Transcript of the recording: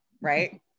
right